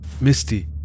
Misty